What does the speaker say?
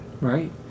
right